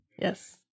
yes